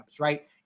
right